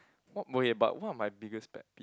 what okay but what are my biggest pet peeve